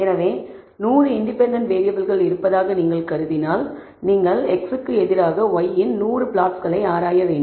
எனவே 100 இன்டெபென்டென்ட் வேறியபிள்கள் இருப்பதாக நீங்கள் கருதினால் நீங்கள் x க்கு எதிராக y இன் 100 பிளாட்ஸ்களை ஆராய வேண்டும்